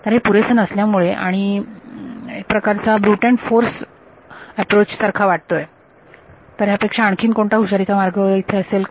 तर हे पुरेसं नसल्यामुळे आणि प्रकार ब्रूट फोर्स अॅप्रोच सारखा वाटतो ह्यापेक्षा कोणता हुशारीचा मार्ग येथे असेल का